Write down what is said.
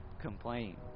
complain